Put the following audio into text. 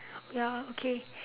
ya okay